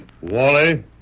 Wally